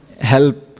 help